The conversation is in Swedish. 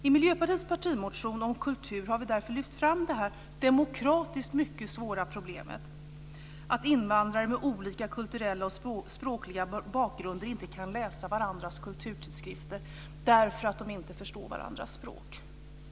I Miljöpartiets partimotion om kultur har vi därför lyft fram detta demokratiskt mycket svåra problem att invandrare med olika kulturella och språkliga bakgrunder inte kan läsa varandras kulturtidskrifter därför att de inte förstår varandras språk.